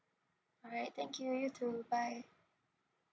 alright thank you you too bye